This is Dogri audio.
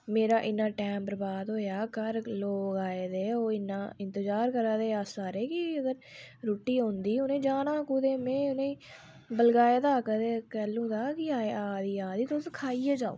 मेरा इन्ना टैम बरबाद होएआ घर लोग आये दे हे ओह् इन्ना इंतजार करा दे अस सारे कि अगर रुट्टी औंदी उ'नें जाना हा कुतै ते में उ'नें गी बलगाये दा हा कदें कैह्लूं दा कि आ दी आ दी तुस खाइयै जाओ